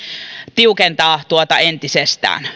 tiukentaa tuota entisestään